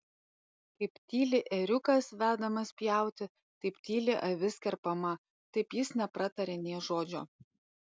kaip tyli ėriukas vedamas pjauti kaip tyli avis kerpama taip jis nepratarė nė žodžio